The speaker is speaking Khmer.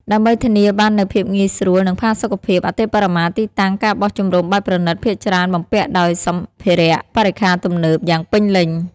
ដើម្បីធានាបាននូវភាពងាយស្រួល និងផាសុកភាពអតិបរមា ទីតាំង ការបោះជំរំបែបប្រណីត ភាគច្រើនបំពាក់ដោយ សម្ភារៈបរិក្ខារទំនើប យ៉ាងពេញលេញ។